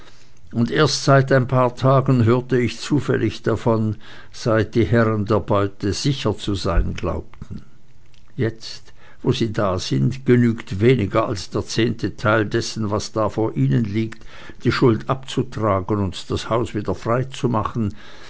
und erst seit ein paar tagen hörte ich zufällig davon seit die herren der beute sicher zu sein glauben jetzt wo sie da sind genügt weniger als der zehnte teil dessen was da vor ihnen liegt die schuld abzutragen und das haus wieder frei zu machen